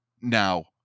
Now